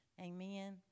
Amen